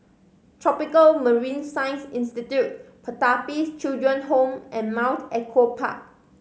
Tropical Marine Science Institute Pertapis Children Home and Mount Echo Park